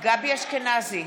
גבי אשכנזי,